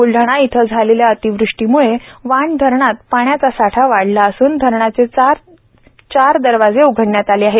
ब्लढाणा इथं झालेल्या अतीवृष्टीम्ळं वाण धरणात पाण्याचा साठा वाढला असून धरणाचे चार दरवाजे उघडण्यात आले आहे